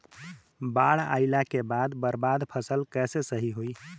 बाढ़ आइला के बाद बर्बाद फसल कैसे सही होयी?